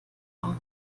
war